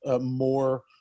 more